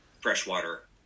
freshwater